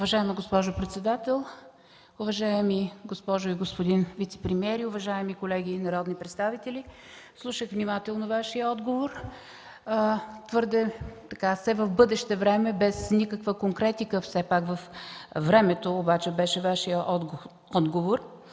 Уважаема госпожо председател, уважаеми госпожо и господин вицепремиери, уважаеми колеги народни представители! Слушах внимателно Вашия отговор. Все в бъдеще време, без никаква конкретика във времето обаче беше Вашият отговор.